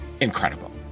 incredible